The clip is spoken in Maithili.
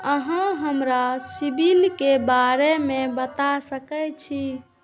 अहाँ हमरा सिबिल के बारे में बता सके छी?